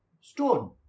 stone